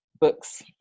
books